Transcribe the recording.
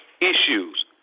issues